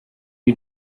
you